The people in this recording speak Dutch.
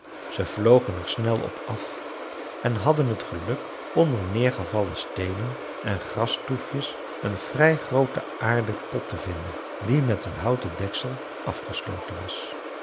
ze vlogen er snel op af en hadden het geluk onder neergevallen steenen en grastoefjes een vrij grooten aarden pot te vinden die met een houten deksel afgesloten was